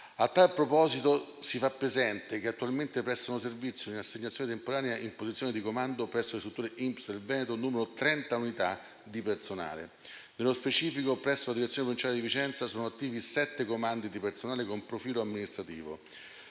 A tal proposito si fa presente che attualmente prestano servizio in assegnazione temporanea in posizione di comando presso le strutture INPS del Veneto 30 unità di personale. Nello specifico, presso la direzione provinciale di Vicenza sono attivi sette comandi di personale con profilo amministrativo.